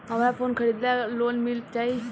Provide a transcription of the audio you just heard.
हमरा फोन खरीदे ला लोन मिल जायी?